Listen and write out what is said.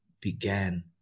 began